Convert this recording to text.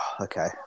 Okay